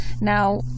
Now